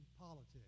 politics